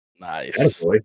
Nice